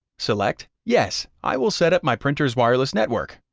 select yes, i will set up my printer's wireless network,